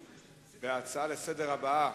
אנו עוברים להצעות הבאות לסדר-היום: